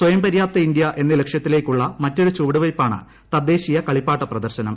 സ്വയം പര്യാപ്ത ഇന്ത്യ എന്ന ലക്ഷ്യത്തിലേക്കുള്ള മറ്റൊരു ചുവടുവയ്പ്പാണ് തദ്ദേശ്യീയ് കളിപ്പാട്ട പ്രദർശനം